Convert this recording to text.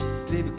Baby